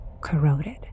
corroded